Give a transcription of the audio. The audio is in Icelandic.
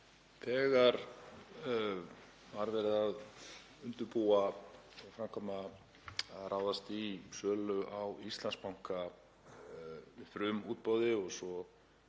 Þegar verið var að undirbúa og framkvæma að ráðast í sölu á Íslandsbanka, í frumútboði og svo